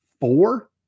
four